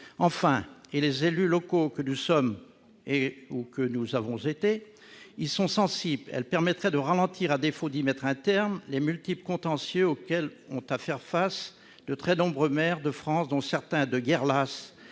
Enfin, et les élus locaux que nous sommes ou que nous avons été y sont sensibles, elle permettrait de ralentir, à défaut d'y mettre un terme, les multiples contentieux auxquels ont à faire face de très nombreux maires de France, certains, de guerre lasse,